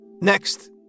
Next